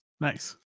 nice